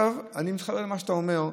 אני מתחבר למה שאתה אומר,